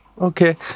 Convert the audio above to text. okay